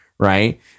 Right